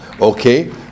Okay